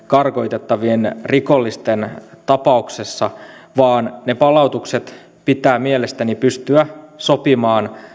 karkotettavien rikollisten tapauksessa vaan ne palautukset pitää mielestäni pystyä sopimaan